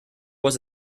was